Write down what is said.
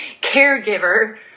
caregiver